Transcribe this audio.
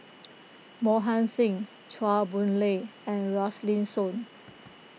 Mohan Singh Chua Boon Lay and Rosaline Soon